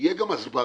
תהיה גם הסברה